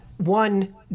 One